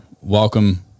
welcome